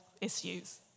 issues